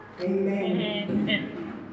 Amen